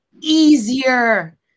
easier